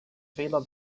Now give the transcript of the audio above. fehler